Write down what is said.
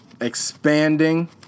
expanding